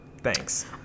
Thanks